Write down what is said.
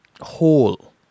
whole